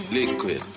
Liquid